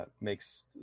makes